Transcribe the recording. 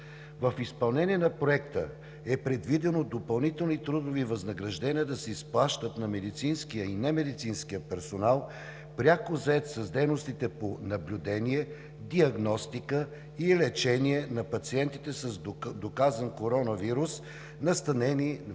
В изпълнението на Проекта е предвидено допълнителни трудови възнаграждения да се изплащат на медицинския и немедицинския персонал, пряко зает с дейностите по наблюдение, диагностика и лечение на пациенти с доказан COVID-19, настанени за болнично